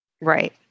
Right